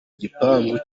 gipangu